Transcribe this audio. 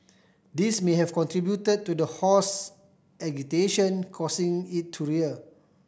this may have contributed to the horse agitation causing it to rear